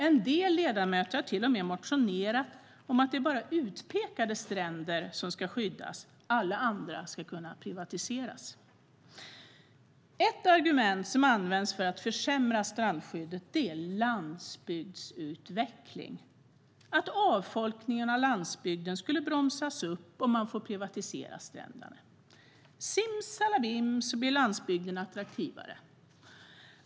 En del ledamöter har till och med motionerat om att det bara är några utpekade stränder som ska skyddas - alla andra ska kunna privatiseras. Ett argument som används för att försämra strandskyddet är landsbygdsutveckling - att avfolkningen av landsbygden skulle bromsas upp om man får privatisera stränderna: Simsalabim så blir landsbygden attraktivare!